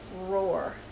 roar